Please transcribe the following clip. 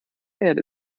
erde